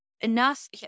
enough